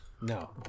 No